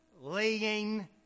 laying